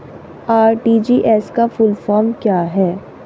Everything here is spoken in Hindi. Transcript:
आर.टी.जी.एस का फुल फॉर्म क्या है?